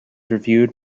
reviewed